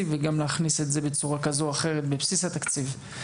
וגם להכניס את זה בצורה כזו או אחרת בבסיס התקציב,